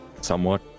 Somewhat